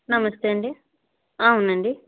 నమస్తే అండి అవునండి